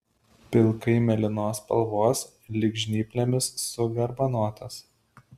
pilkai mėlynos spalvos lyg žnyplėmis sugarbanotas